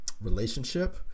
relationship